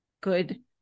good